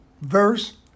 Verse